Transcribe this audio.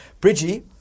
Bridgie